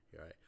right